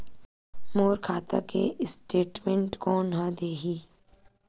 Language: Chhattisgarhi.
मोर खाता के स्टेटमेंट कोन ह देही?